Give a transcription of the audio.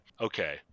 okay